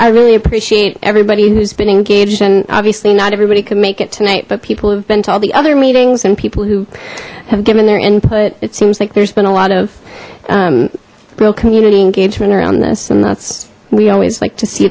i really appreciate everybody who's been engaged and obviously not everybody could make it tonight but people have been to all the other meetings and people who have given their input it seems like there's been a lot of real community engagement around this and that's we always like to see